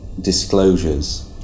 disclosures